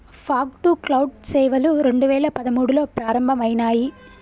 fog to cloud సేవలు రెండు వేల పదమూడులో ప్రారంభమయినాయి